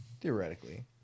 theoretically